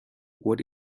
what